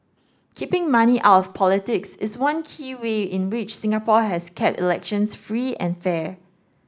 keeping money out of politics is one key way in which Singapore has kept elections free and fair